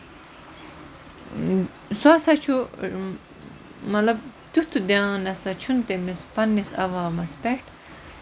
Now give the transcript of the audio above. سُہ ہسا چھُ مطلب تیُتھ دیان نہٕ ہسا چھُنہٕ تٔمِس پَنٕنِس عَوامَس پٮ۪ٹھ